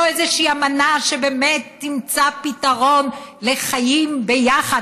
איזושהי אמנה שבאמת תמצא פתרון לחיים ביחד,